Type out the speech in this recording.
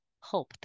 hope